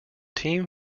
team